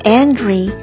angry